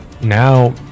now